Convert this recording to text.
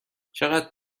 چقدر